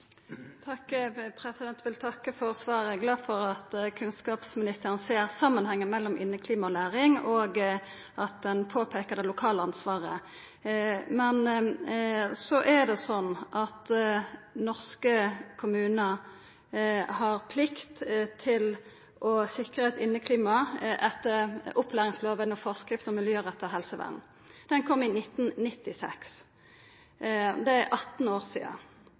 Eg vil takka for svaret. Eg er glad for at kunnskapsministeren ser samanhengen mellom inneklima og læring, og at han påpeikar det lokale ansvaret. Norske kommunar har plikt til å sikra inneklimaet etter opplæringslova og forskrift om miljøretta helsevern i barnehagar og skular som kom i 1996. Det er 18 år sidan,